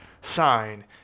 sign